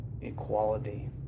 equality